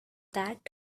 that